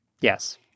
Yes